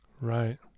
Right